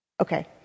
Okay